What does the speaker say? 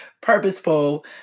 purposeful